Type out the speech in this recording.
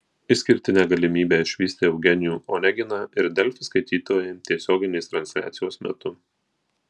išskirtinę galimybę išvysti eugenijų oneginą ir delfi skaitytojai tiesioginės transliacijos metu